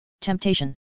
temptation